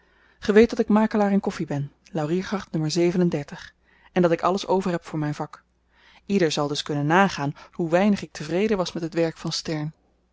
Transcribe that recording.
weet dat ik makelaar in koffi ben lauriergracht n en dat ik alles over heb voor myn vak ieder zal dus kunnen nagaan hoe weinig ik tevreden was met het werk van stern